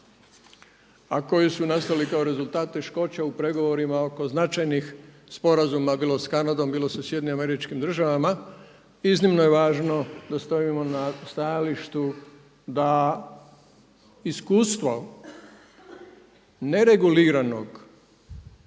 a koje su nastali kao rezultati teškoća u pregovorima oko značajnih sporazuma bilo s Kanadom, bilo sa SAD-om, iznimno je važno da stojimo na stajalištu da iskustvo ne regulirano,